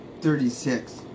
thirty-six